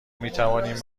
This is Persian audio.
میتوانیم